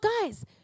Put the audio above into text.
guys